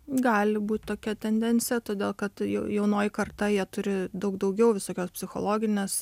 gali būt tokia tendencija todėl kad jau jaunoji karta jie turi daug daugiau visokios psichologinės